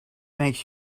makes